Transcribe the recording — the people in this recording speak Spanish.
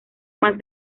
más